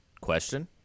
Question